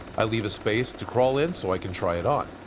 i leave a space to crawl in so i can try it on.